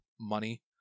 money